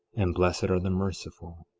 and blessed are the merciful,